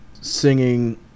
singing